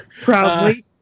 Proudly